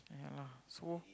yeah lah so